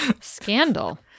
scandal